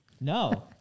No